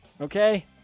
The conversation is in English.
Okay